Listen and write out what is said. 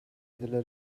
delle